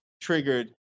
triggered